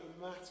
matter